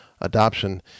adoption